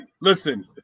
listen